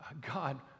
God